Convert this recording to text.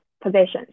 positions